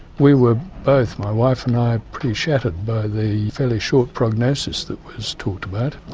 we were both, my wife and i pretty shattered by the fairly short prognosis that was talked about,